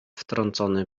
wtrącony